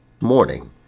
morning